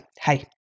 hey